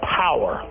power